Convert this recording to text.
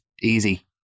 easy